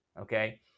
okay